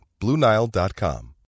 BlueNile.com